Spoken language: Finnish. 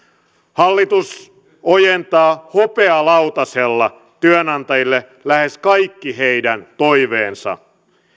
hallitus ojentaa hopealautasella työnantajille lähes kaikki heidän toiveensa